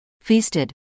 feasted